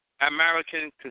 American